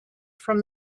from